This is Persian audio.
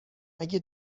اگه